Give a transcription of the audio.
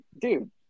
dude